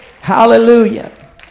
Hallelujah